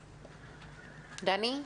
דני?